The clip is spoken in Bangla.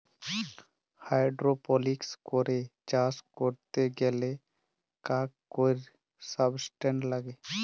হাইড্রপলিক্স করে চাষ ক্যরতে গ্যালে কাক কৈর সাবস্ট্রেট লাগে